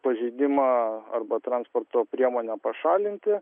pažeidimą arba transporto priemonę pašalinti